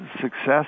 success